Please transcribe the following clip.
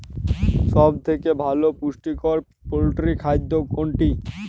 সব থেকে ভালো পুষ্টিকর পোল্ট্রী খাদ্য কোনটি?